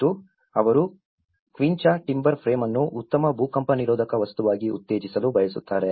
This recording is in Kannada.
ಮತ್ತು ಅವರು ಕ್ವಿಂಚಾ ಟಿಂಬರ್ ಫ್ರೇಮ್ ಅನ್ನು ಉತ್ತಮ ಭೂಕಂಪ ನಿರೋಧಕ ವಸ್ತುವಾಗಿ ಉತ್ತೇಜಿಸಲು ಬಯಸುತ್ತಾರೆ